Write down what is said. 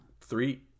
Three